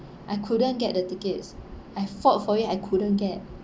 I couldn't get the tickets I fought for it I couldn't get